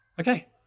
Okay